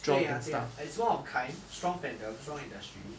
对啊对啊 it's one of a kind strong fandom strong industry